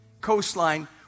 coastline